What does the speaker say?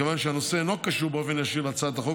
מכיוון שהנושא אינו קשור באופן ישיר להצעת החוק